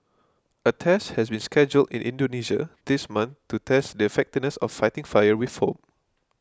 a test has been scheduled in Indonesia this month to test the effectiveness of fighting fire with foam